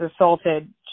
assaulted